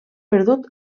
perdut